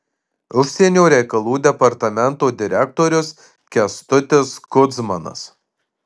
užsienio reikalų departamento direktorius kęstutis kudzmanas